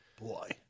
Boy